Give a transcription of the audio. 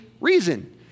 reason